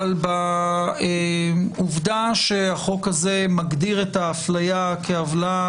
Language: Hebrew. אולם בעובדה שהחוק הזה מגדיר את האפליה כעוולה